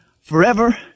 forever